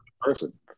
person